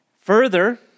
Further